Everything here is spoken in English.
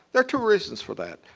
there are two reasons for that.